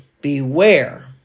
Beware